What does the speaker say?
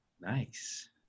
Nice